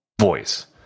voice